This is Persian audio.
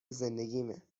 زندگیمه